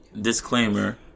disclaimer